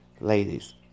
Ladies